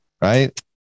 right